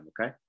Okay